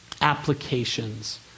applications